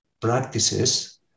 practices